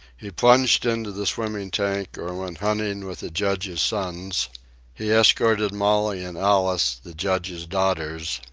he plunged into the swimming tank or went hunting with the judge's sons he escorted mollie and alice, the judge's daughters,